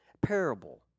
parable